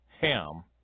Ham